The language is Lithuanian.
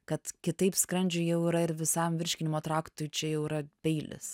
kad kitaip skrandžiui jau yra ir visam virškinimo traktui čia jau yra peilis